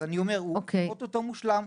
אז אני אומר שאוטוטו הוא מושלם.